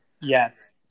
Yes